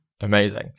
Amazing